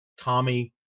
Tommy